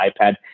iPad